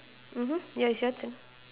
mmhmm ya it's your turn